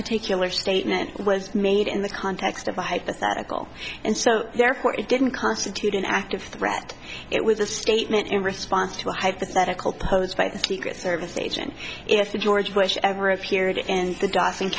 particular statement was made in the context of a hypothetical and so therefore it didn't constitute an act of threat it was a statement in response to a hypothetical posed by the secret service agent if george bush ever appeared in the d